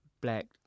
black